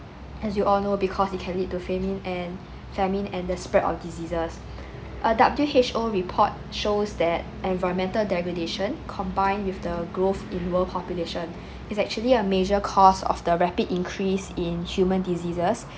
as you all know because it can lead to famine and famine and the spread on diseases a W_H_O report shows that environmental degradation combined with the growth in world population is actually a major cause of the rapid increase in human diseases